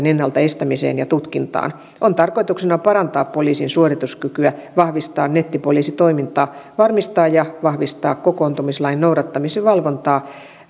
ennaltaestämiseen ja tutkintaan tarkoituksena on parantaa poliisin suorituskykyä vahvistaa nettipoliisitoimintaa varmistaa ja vahvistaa kokoontumislain noudattamisen valvontaa